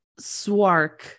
Swark